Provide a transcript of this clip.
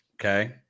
Okay